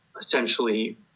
essentially